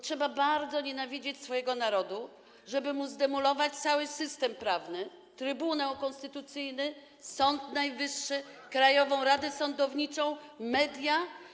Trzeba bardzo nienawidzić swojego narodu, żeby mu zdemolować cały system prawny: Trybunał Konstytucyjny, Sąd Najwyższy, Krajową Radę Sądownictwa, media.